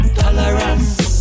tolerance